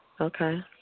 Okay